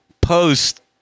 post